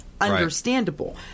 understandable